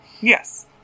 Yes